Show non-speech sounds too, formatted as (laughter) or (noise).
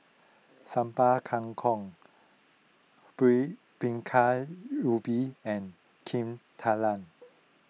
Sambal Kangkong (unintelligible) Bingka Ubi and Kuih Talam